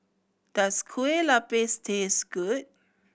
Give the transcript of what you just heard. does Kueh Lupis taste good